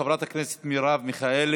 חברת הכנסת מרב מיכאלי.